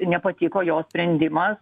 nepatiko jos sprendimas